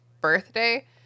birthday